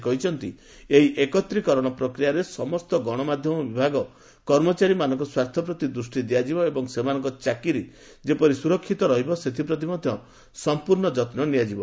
ସେ କହିଛନ୍ତି ଏହି ଏକତ୍ରୀକରଣ ପ୍ରକ୍ରିୟାରେ ସମସ୍ତ ଗଣମାଧ୍ୟମ ବିଭାଗର କର୍ମଚାରୀମାନଙ୍କ ସ୍ୱାର୍ଥପ୍ରତି ଦୃଷ୍ଟି ଦିଆଯିବ ଏବଂ ସେମାନଙ୍କ ଚାକିରି ଯେପରି ସୁରକ୍ଷିତ ରହିବ ସେଥିପ୍ରତି ମଧ୍ୟ ସମ୍ପୂର୍ଣ୍ଣ ଯତ୍ନ ନିଆଯିବ